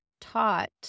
taught